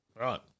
Right